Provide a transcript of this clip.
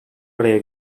araya